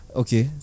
okay